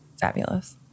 fabulous